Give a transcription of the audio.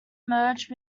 merged